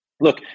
look